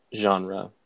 genre